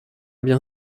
bien